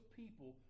people